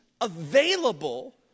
available